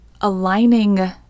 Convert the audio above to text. aligning